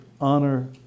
Honor